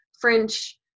French